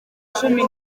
cumi